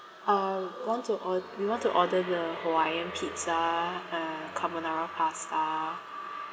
uh want to or~ we want to order the hawaiian pizza uh carbonara pasta